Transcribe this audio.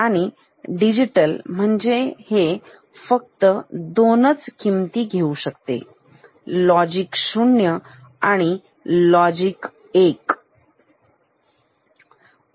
आणि डिजिटल म्हणजे हे फक्त दोनच किमती घेऊ शकते लॉजिक 0 आणि लॉजिक 1